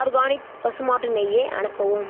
organic பசு மாட்டு நெய்யை அனுப்பவும்